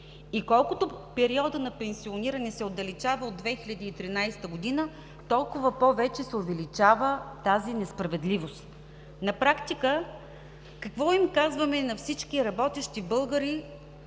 и колкото периода на пенсиониране се отдалечава от 2013 г., толкова повече се увеличава тази несправедливост. На практика, какво им казваме на всички работещи българи: